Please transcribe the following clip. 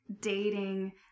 dating